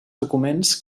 documents